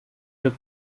took